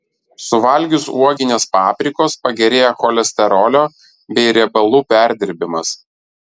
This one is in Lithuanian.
suvalgius uoginės paprikos pagerėja cholesterolio bei riebalų perdirbimas